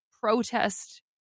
protest